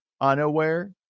unaware